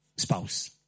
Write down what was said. spouse